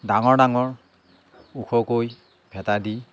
ডাঙৰ ডাঙৰ ওখকৈ ভেঁটা দি